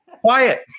quiet